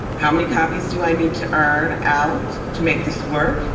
how many copies do i need to earn out to make this work?